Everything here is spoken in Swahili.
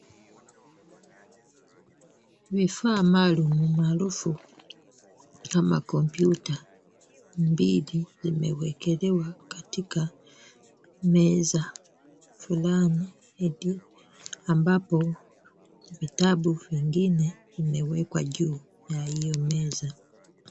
Vifaa maalumu almaarufu kama kompyuta mbili vimewekelewa katika meza fulani ambapo vitabu vingine vimewekwa juu ya hiyo meza.